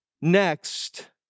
next